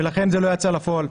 ולכן זה לא יצא לפועל.